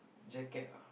jacket ah